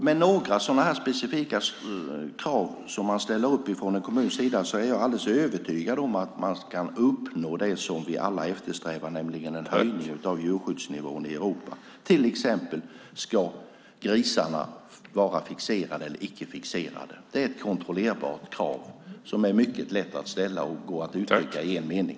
Med några specifika krav som ställs upp från en kommuns sida är jag alldeles övertygad om att de kan uppnå det som vi alla eftersträvar, nämligen en höjning av djurskyddsnivån i Europa. Till exempel: Ska grisarna vara fixerade eller icke fixerade? Det är ett kontrollerbart krav som är mycket lätt att ställa och går att uttrycka i en mening.